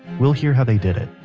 we'll hear how they did it.